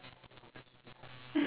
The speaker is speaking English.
take picture of dinosaur